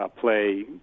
play